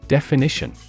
Definition